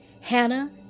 Hannah